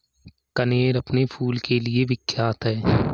कनेर अपने फूल के लिए विख्यात है